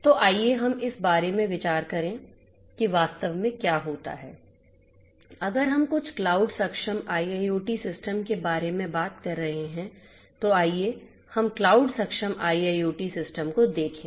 तो आइए हम इस बारे में विचार करें कि वास्तव में क्या होता है अगर हम कुछ क्लाउड सक्षम IIoT सिस्टम के बारे में बात कर रहे हैं तो आइए हम क्लाउड सक्षम IIoT सिस्टम को देखें